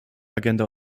agenda